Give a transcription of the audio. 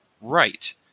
Right